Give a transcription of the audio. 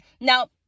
Now